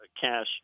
Cash